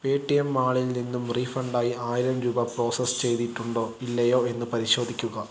pay T M മാളിൽ നിന്നും refund ആയി ആയിരം രൂപ പ്രോസസ്സ് ചെയ്തിട്ടുണ്ടോ ഇല്ലയോ എന്ന് പരിശോധിക്കുക